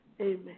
amen